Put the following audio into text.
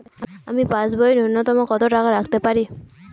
আমি পাসবইয়ে ন্যূনতম কত টাকা রাখতে পারি?